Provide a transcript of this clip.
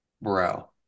Bro